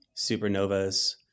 Supernovas